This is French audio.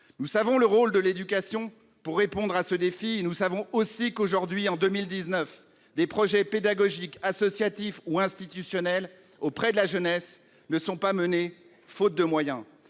Nous savons le rôle de l'éducation pour répondre à ce défi et nous savons aussi qu'aujourd'hui, en 2019, des projets pédagogiques, associatifs ou institutionnels auprès de la jeunesse ne sont pas menés, faute de moyens.